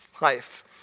life